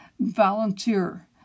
volunteer